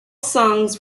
songs